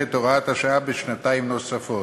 את תוקף הוראת השעה בשנתיים נוספות.